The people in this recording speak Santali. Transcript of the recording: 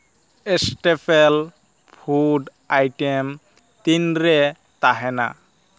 ᱥᱴᱮᱯᱮᱞ ᱯᱷᱩᱰ ᱟᱭᱴᱮᱢ ᱛᱤᱱᱨᱮ ᱛᱟᱦᱮᱱᱟ